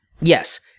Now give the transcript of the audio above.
Yes